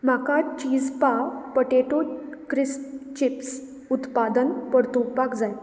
म्हाका चीज पाव पोटेटो क्रिस्प चिप्स उत्पादन परतुवपाक जाय